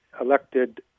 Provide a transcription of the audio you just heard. elected